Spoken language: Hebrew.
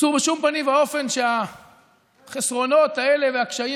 אסור בשום פנים ואופן שהחסרונות האלה והקשיים